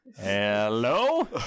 Hello